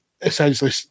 essentially